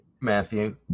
Matthew